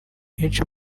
henshi